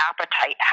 appetite